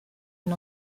une